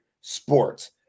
sports